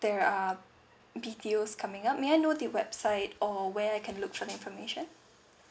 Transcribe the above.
there are B_T_O coming up may I know the website or where I can look for the information